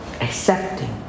Accepting